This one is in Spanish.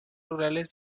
rurales